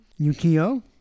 Yukio